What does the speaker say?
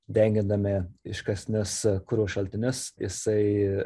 degindami iškastinius kuro šaltinius jisai